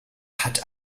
hat